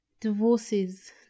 divorces